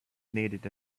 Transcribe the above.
needed